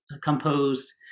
composed